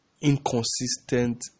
Inconsistent